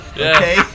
okay